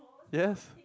yes